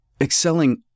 excelling